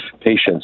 patients